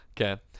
Okay